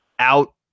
out